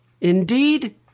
Indeed